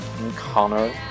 encounter